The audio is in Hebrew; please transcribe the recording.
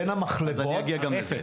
בין הרפת,